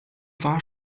war